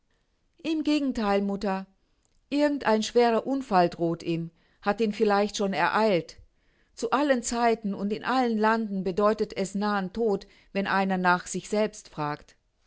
im gegentheil mutter irgend ein schwerer unfall droht ihm hat ihn vielleicht schon ereilt zu allen zeiten und in allen landen bedeutet es nahen tod wenn einer nach sich selbst fragt